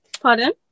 pardon